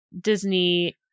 Disney